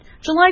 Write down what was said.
July